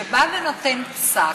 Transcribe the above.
שבא ונותן פסק,